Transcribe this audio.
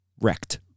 wrecked